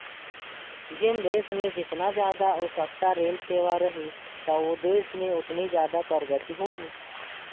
जेन देस मे जेतना जादा अउ सस्ता रेल सेवा रही त ओ देस में ओतनी जादा परगति होही